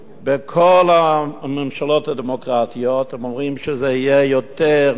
בכל הממשלות הדמוקרטיות הם אומרים שזה יהיה יותר נקי,